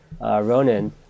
Ronan